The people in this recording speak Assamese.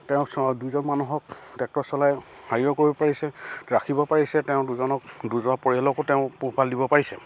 তেওঁ দুজন মানুহক ট্ৰেক্টৰ চলাই হেৰিও কৰিব পাৰিছে ৰাখিব পাৰিছে তেওঁ দুজনক দুজন পৰিয়ালকো তেওঁ পোহপাল দিব পাৰিছে